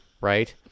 right